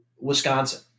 Wisconsin